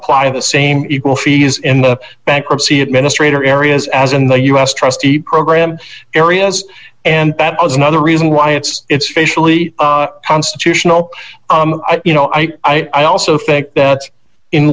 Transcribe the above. apply the same equal fees in the bankruptcy administrator areas as in the us trustee program areas and that was another reason why it's facially constitutional you know i i also think that in